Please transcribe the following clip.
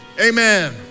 amen